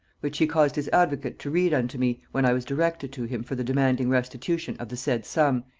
which he caused his advocate to read unto me, when i was directed to him for the demanding restitution of the said sum,